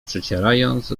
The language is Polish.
przecierając